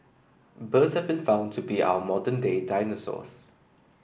birds have been found to be our modern day dinosaurs